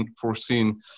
foreseen